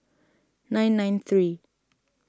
nine nine three